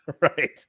Right